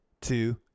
Two